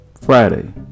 Friday